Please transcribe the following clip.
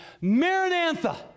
Maranatha